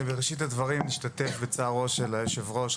בראשית הדברים נשתתף בצערו של היושב-ראש הקבוע,